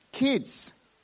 kids